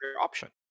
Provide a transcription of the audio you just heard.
option